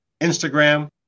Instagram